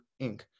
Inc